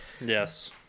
Yes